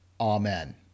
Amen